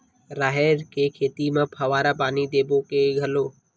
राहेर के खेती म फवारा पानी देबो के घोला?